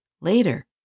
later